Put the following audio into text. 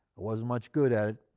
wasn't much good at it.